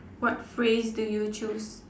what phrase do you choose